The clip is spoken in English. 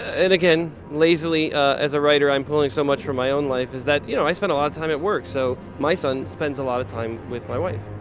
and, again, lazily as a writer i'm pulling so much from my own life is that you know i spent a lot of time at work, so my son spends a lot of time with my wife.